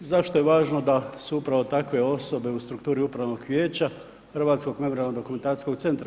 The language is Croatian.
Zašto je važno da su upravo takve osobe u strukturi Upravnog vijeća Hrvatsko memorijalno-dokumentacijskog centra?